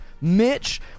Mitch